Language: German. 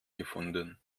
gefunden